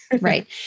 right